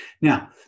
Now